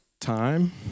time